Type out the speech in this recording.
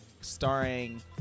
starring